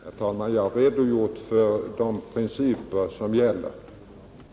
Herr talman! Jag har redogjort för de principer som gäller.